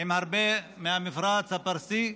עם הרבה מהמפרץ הפרסי,